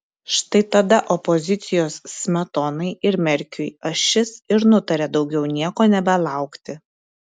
štai tada opozicijos smetonai ir merkiui ašis ir nutarė daugiau nieko nebelaukti